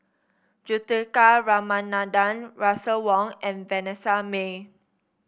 Juthika Ramanathan Russel Wong and Vanessa Mae